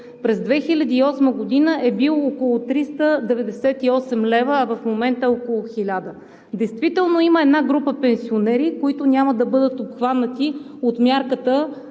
през 2008 г. е бил около 398 лв., а в момента е около 1000 лв. Действително има една група пенсионери, които няма да бъдат обхванати от мярката,